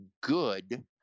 good